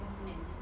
definitely